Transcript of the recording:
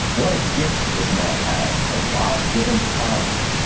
what a gift this man has, a god given talent.